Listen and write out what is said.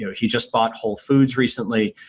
he just bought whole foods recently.